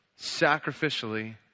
sacrificially